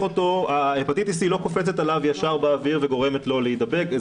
אותו ההפטיטיס סי לא קופצת עליו ישר באוויר וגורמת לו להידבק.